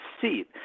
seat